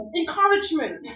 encouragement